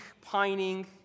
pining